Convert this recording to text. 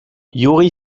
yuri